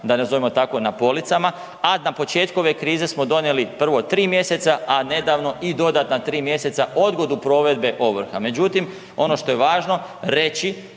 da nazovimo tako na policama, a na početku ove krize smo donijeli prvo 3 mjeseca, a nedavno i dodatna 3 mjeseca odgodu provedbe ovrha.